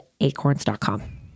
acorns.com